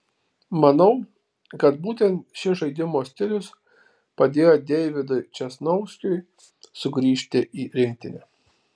manau kad būtent šis žaidimo stilius padėjo deividui česnauskiui sugrįžti į rinktinę